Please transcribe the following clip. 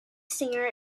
singer